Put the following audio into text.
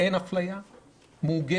אין אפליה מעוגנת?